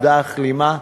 אבדה הכלימה?